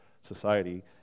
society